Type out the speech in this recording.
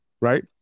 right